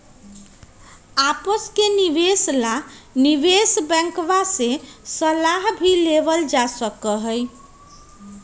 आपस के निवेश ला निवेश बैंकवा से सलाह भी लेवल जा सका हई